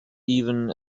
even